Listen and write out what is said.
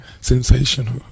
sensational